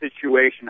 situation